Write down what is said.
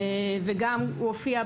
וגם שהוא הופיע,